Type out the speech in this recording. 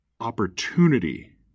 opportunity